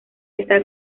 está